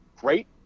great